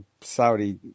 Saudi